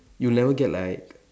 you'll never get like